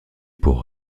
pour